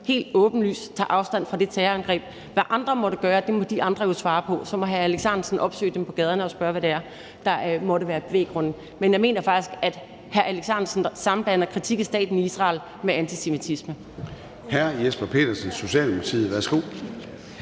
helt åbenlyst tager afstand fra det terrorangreb. Hvad andre måtte gøre, må de andre jo svare på, og så må hr. Alex Ahrendtsen opsøge dem på gaderne og spørge, hvad det er, der måtte være bevæggrundene. Men jeg mener faktisk, at hr. Alex Ahrendtsen sammenblander kritik af staten Israel med antisemitisme.